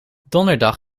donderdag